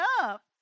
up